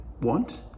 want